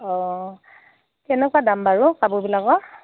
অ কেনকুৱা দাম বাৰু কাপোৰবিলাকৰ